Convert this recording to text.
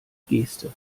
geste